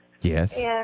Yes